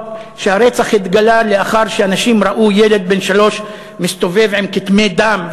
והרצח התגלה רק אחרי שאנשים ראו ילד בן שלוש מסתובב עם כתמי דם.